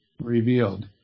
revealed